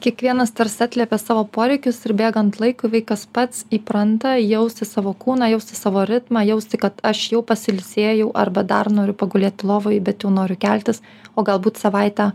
kiekvienas tarsi atliepia savo poreikius ir bėgant laikui vaikas pats įpranta jausti savo kūną jausti savo ritmą jausti kad aš jau pasiilsėjau arba dar noriu pagulėti lovoj bet jau noriu keltis o galbūt savaitę